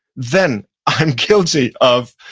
then i'm guilty of,